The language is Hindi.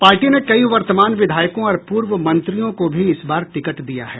पार्टी ने कई वर्तमान विधायकों और पूर्व मंत्रियों को भी इस बार टिकट दिया है